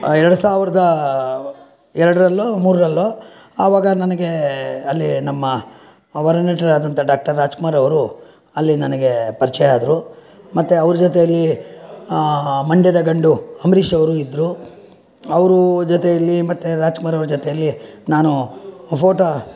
ಎರಡು ಸಾವಿರದ ಎರಡರಲ್ಲೋ ಮೂರರಲ್ಲೋ ಆವಾಗ ನನಗೆ ಅಲ್ಲಿ ನಮ್ಮ ವರನಟರಾದಂಥ ಡಾಕ್ಟರ್ ರಾಜ್ಕುಮಾರ್ ಅವರು ಅಲ್ಲಿ ನನಗೆ ಪರಿಚಯ ಆದರೂ ಮತ್ತೆ ಅವರ ಜೊತೆಯಲ್ಲಿ ಮಂಡ್ಯದ ಗಂಡು ಅಂಬರೀಶವರು ಇದ್ದರು ಅವರು ಜೊತೆಯಲ್ಲಿ ಮತ್ತೆ ರಾಜ್ಕುಮಾರವರ ಜೊತೆಯಲ್ಲಿ ನಾನು ಫೋಟೋ